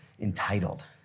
entitled